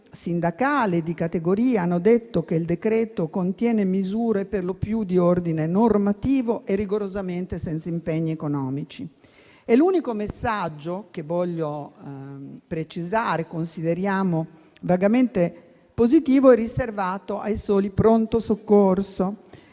sindacali di categoria hanno detto che il decreto-legge in discussione contiene misure per lo più di ordine normativo e rigorosamente senza impegni economici. L'unico messaggio che - lo voglio precisare - consideriamo vagamente positivo è riservato ai soli pronto soccorso.